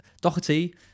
Doherty